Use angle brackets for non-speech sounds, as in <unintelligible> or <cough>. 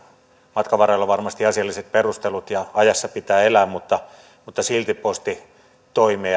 matkan varrella varmasti asialliset perustelut ja ajassa pitää elää mutta mutta silti postitoimi <unintelligible>